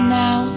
now